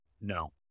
no